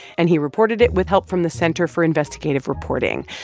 and he reported it with help from the center for investigative reporting.